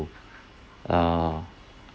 err